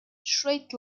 straight